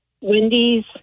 Wendy's